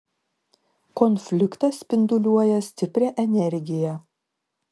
konfliktas spinduliuoja stiprią energiją